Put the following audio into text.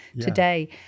today